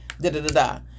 da-da-da-da